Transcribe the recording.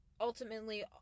ultimately